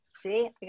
See